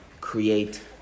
create